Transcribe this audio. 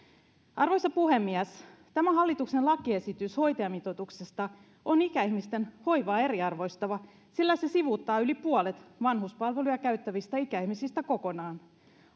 arvoisa puhemies hallituksen lakiesitys hoitajamitoituksesta on ikäihmisten hoivaa eriarvoistava sillä se sivuuttaa yli puolet vanhuspalveluja käyttävistä ikäihmisistä kokonaan